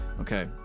Okay